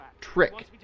trick